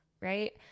right